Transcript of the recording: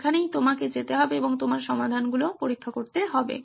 সেখানেই তোমাকে যেতে হবে এবং তোমার সমাধানগুলি পরীক্ষা করতে হবে